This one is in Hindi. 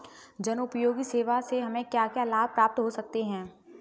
जनोपयोगी सेवा से हमें क्या क्या लाभ प्राप्त हो सकते हैं?